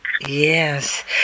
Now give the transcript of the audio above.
Yes